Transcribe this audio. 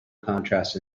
contrast